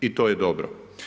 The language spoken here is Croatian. I to je dobro.